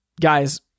guys